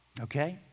okay